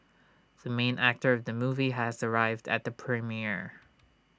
the main actor of the movie has arrived at the premiere